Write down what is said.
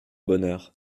bonheur